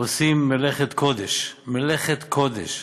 עושה מלאכת קודש, מלאכת קודש.